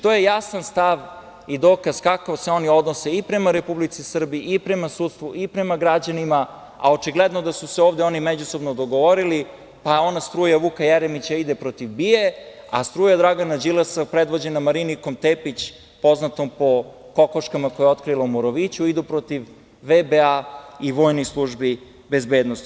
To je jasan stav i dokaz kako se oni odnose i prema Republici Srbiji, i prema sudstvu, i prema građanima, a očigledno da su se ovde oni međusobno dogovorili, pa ona struja Vuka Jeremića ide protiv BIA-e, a struja Dragana Đilasa, predvođena Marinikom Tepić, poznatom po kokoškama koje je otkrila u Moroviću, idu protiv VBA i vojnih službi bezbednosti.